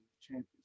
Champions